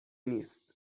نیست